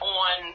on